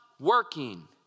working